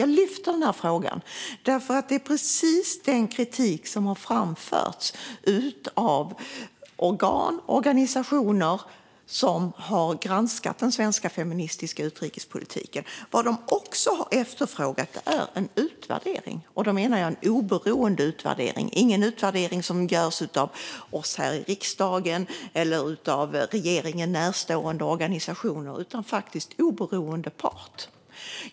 Jag lyfter fram den här frågan därför att det är precis denna kritik som har framförts av organ och organisationer som har granskat den svenska feministiska utrikespolitiken. Vad de också har efterfrågat är en utvärdering. Då menar jag en oberoende utvärdering av en oberoende part, inte en utvärdering som görs av oss här i riksdagen eller av regeringen närstående organisationer.